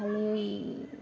খালি ঐ